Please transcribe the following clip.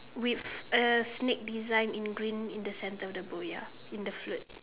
with a snake design in green in the center of the boya in the float